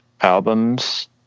albums